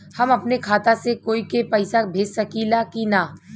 हम अपने खाता से कोई के पैसा भेज सकी ला की ना?